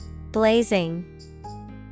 blazing